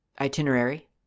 itinerary